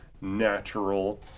natural